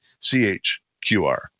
CHQR